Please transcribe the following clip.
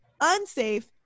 unsafe